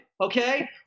okay